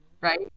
Right